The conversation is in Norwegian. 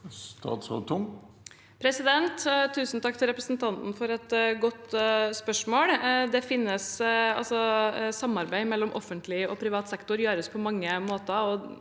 Tusen takk til representanten for et godt spørsmål. Samarbeid mellom offentlig og privat sektor gjøres på mange måter,